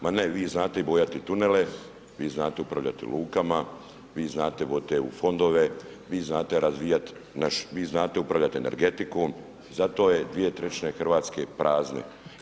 Ma ne, vi znate bojati tunele, vi znate upravljati lukama, vi znate voditi EU fondove, vi znate razvijat naš, vi znate upravljati energetikom, zato je 2/3 Hrvatske prazne.